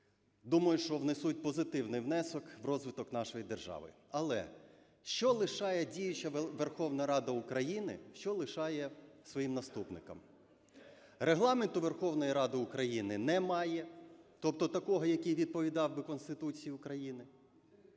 думаю, що внесуть позитивний внесок в розвиток нашої держави. Але що лишає діюча Верховна Рада України, що лишає своїм наступникам? Регламенту Верховної Ради України немає, тобто такого, який відповідав би Конституції України.